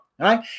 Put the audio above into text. Right